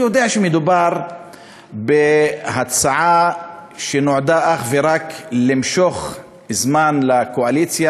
הוא היה יודע שמדובר בהצעה שנועדה אך ורק למשוך זמן לקואליציה,